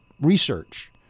research